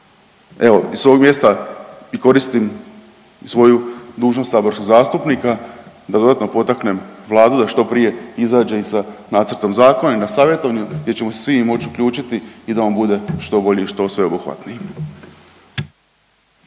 Evo sa ovog mjesta i koristim svoju dužnost saborskog zastupnika da dodatno potaknem Vladu da što prije izađe sa nacrtom zakona i na savjetovanju gdje ćemo se svi moći uključiti i da on bude što bolji i što sveobuhvatniji.